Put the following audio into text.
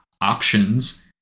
options